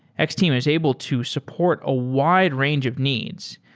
x-team is able to support a wide range of needs.